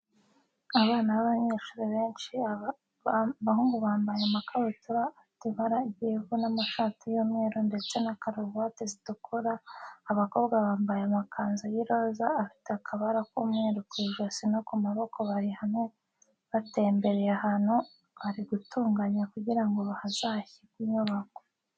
Abana b'abanyeshuri benshi abahungu bambaye amakabutura afite ibara ry'ivu n'amashati y'umweru ndetse na karuvati zitukura, abakobwa bambaye amakanzu y'iroza afiteho akabara k'umweru ku ijosi no ku maboko bari hamwe batembereye ahantu bari gutunganya kugira ngo hazashyirwe inyubako.